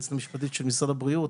היועצת המשפטית של משרד הבריאות,